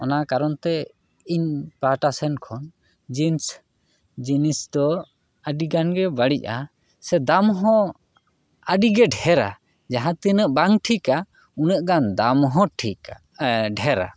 ᱚᱱᱟ ᱠᱟᱨᱚᱱ ᱛᱮ ᱤᱧ ᱯᱟᱦᱟᱴᱟ ᱥᱮᱱ ᱠᱷᱚᱱ ᱡᱤᱱᱥ ᱡᱤᱱᱤᱥ ᱫᱚ ᱟᱹᱰᱤ ᱜᱟᱱ ᱜᱮ ᱵᱟᱹᱲᱤᱡᱽᱟ ᱥᱮ ᱫᱟᱢ ᱦᱚᱸ ᱟᱹᱰᱤ ᱜᱮ ᱰᱷᱮᱨᱟ ᱡᱟᱦᱟᱸ ᱛᱤᱱᱟᱜ ᱵᱟᱝ ᱴᱷᱤᱠᱟ ᱩᱱᱟᱹᱜ ᱜᱟᱱ ᱫᱟᱢ ᱦᱚᱸ ᱴᱷᱤᱠᱟ ᱰᱷᱮᱨᱟ